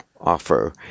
offer